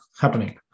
happening